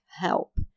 help